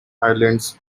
islands